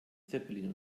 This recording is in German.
zeppelin